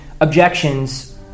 objections